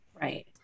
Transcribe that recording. Right